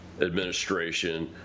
administration